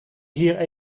hier